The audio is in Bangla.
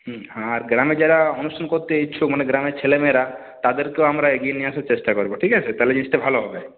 হ্যাঁ হাঁ আর গ্রামের যারা অনুষ্ঠান করতে ইচ্ছুক মানে গ্রামের ছেলেমেয়েরা তাদেরকেও আমরা এগিয়ে নিয়ে আসার চেষ্টা করবো ঠিক আছে তাহলে জিনিসটা ভালো হবে